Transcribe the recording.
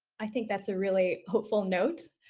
i think that's a really hopeful note.